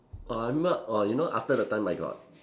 oh I remember oh you know after the time I got